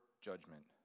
judgment